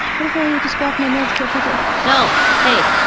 what if i just go off my meds for a couple. no! hey.